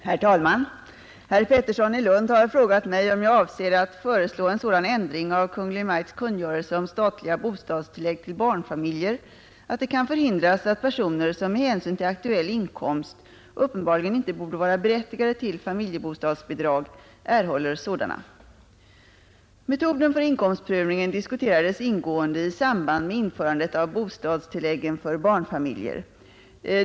Herr talman! Herr Pettersson i Lund har frågat mig om jag avser att föreslå en sådan ändring av Kungl. Maj:ts kungörelse om statliga bostadstillägg till barnfamiljer att det kan förhindras att personer, som med hänsyn till aktuell inkomst uppenbarligen inte borde vara berättigade till familjebostadsbidrag, erhåller sådana. Metoden för inkomstprövningen diskuterades ingående i samband med införandet av bostadstilläggen för barnfamiljer.